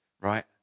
right